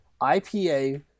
IPA